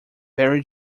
barry